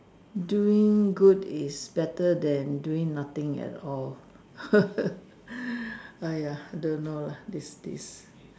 doing good is better than doing nothing at all !aiya! don't know lah this this